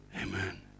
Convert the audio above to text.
Amen